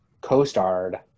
co-starred